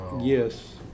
Yes